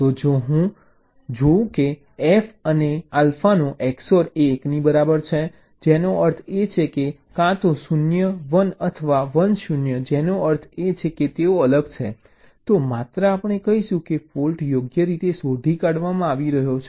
તો જો હું જોઉં કે f અને f આલ્ફાનો XOR 1 ની બરાબર છે જેનો અર્થ એ છે કે તે કાં તો 0 1 અથવા 1 0 છે જેનો અર્થ છે કે તેઓ અલગ છે તો માત્ર આપણે કહીશું કે ફૉલ્ટ્ યોગ્ય રીતે શોધી કાઢવામાં આવી રહ્યો છે